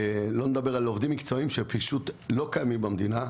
לא נדבר על עובדים מקצועיים שלא קיימים כאן במדינה,